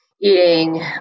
eating